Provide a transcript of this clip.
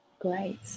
Great